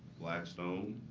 blackstone,